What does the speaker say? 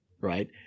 right